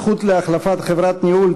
זכות להחלפת חברת ניהול),